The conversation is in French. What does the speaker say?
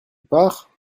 pars